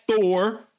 Thor